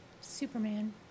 Superman